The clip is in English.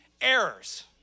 errors